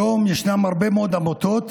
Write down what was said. היום ישנן הרבה מאוד עמותות